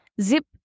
zip